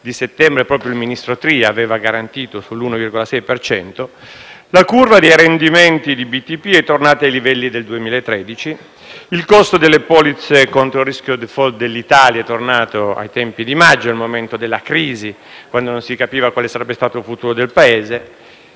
17 settembre proprio il ministro Tria aveva garantito sull'1,6 per cento - la curva dei rendimenti dei BTP è tornata ai livelli del 2013; il costo delle polizze contro il rischio *default* dell'Italia è tornato ai tempi di maggio, al momento della crisi (quando non si capiva quale sarebbe stato il futuro del Paese);